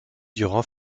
durand